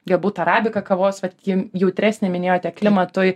gebūt arabika kavos vat jim jautresnė minėjote klimatui